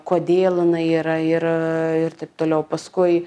kodėl jinai yra ir ir taip taip toliau paskui